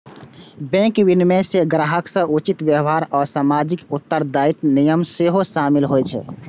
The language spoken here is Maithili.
बैंक विनियमन मे ग्राहक सं उचित व्यवहार आ सामाजिक उत्तरदायित्वक नियम सेहो शामिल होइ छै